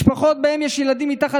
נשבר מטה לחמן של משפחות שבהן יש ילדים מתחת